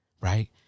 right